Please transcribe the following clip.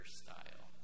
style